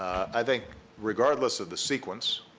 i think regardless of the sequence,